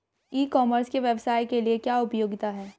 ई commerce के व्यवसाय के लिए क्या उपयोगिता है?